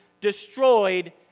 destroyed